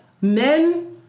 Men